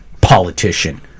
politician